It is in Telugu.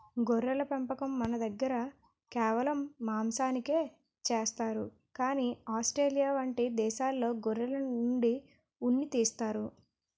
గొర్రెల పెంపకం మనదగ్గర కేవలం మాంసానికే చేస్తారు కానీ ఆస్ట్రేలియా వంటి దేశాల్లో గొర్రెల నుండి ఉన్ని తీస్తారు